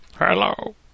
hello